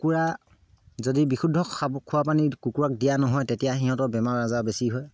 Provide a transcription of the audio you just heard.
কুকুৰা যদি বিশুদ্ধ খাব খোৱা পানী কুকুৰাক দিয়া নহয় তেতিয়া সিহঁতৰ বেমাৰ আজাৰ বেছি হয়